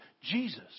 Jesus